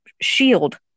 shield